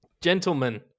Gentlemen